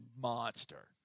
monster